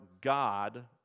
God